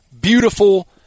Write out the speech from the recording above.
beautiful